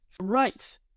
Right